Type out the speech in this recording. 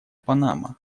панама